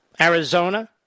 Arizona